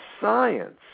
science